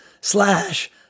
slash